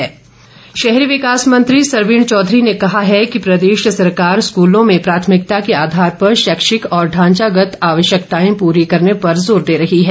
सरवीण शहरी विकास मंत्री सरवीण चौधरी ने कहा है कि प्रदेश सरकार स्कूलों में प्राथमिकता के आधार पर शैक्षिक और ढांचागत आवश्यकताएं पूरी करने पर जोर दे रही है